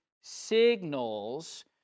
signals